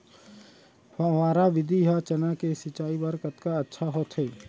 फव्वारा विधि ह चना के सिंचाई बर कतका अच्छा होथे?